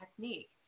technique